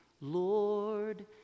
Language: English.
Lord